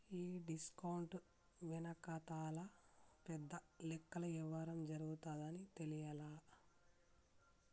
ఈ డిస్కౌంట్ వెనకాతల పెద్ద లెక్కల యవ్వారం జరగతాదని తెలియలా